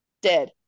Dead